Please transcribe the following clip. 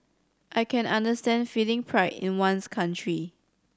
I can understand feeling pride in one's country